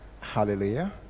Hallelujah